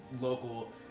local